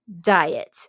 diet